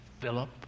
Philip